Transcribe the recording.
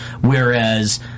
Whereas